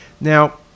Now